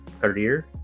career